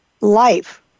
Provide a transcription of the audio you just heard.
life